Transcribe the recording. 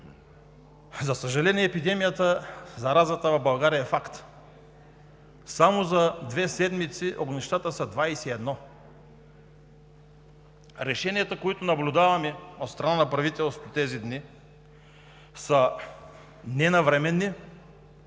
За съжаление, епидемията, заразата в България е факт. Само за две седмици огнищата са двадесет и едно. Решенията, които наблюдаваме от страна на правителството тези дни, са ненавременни,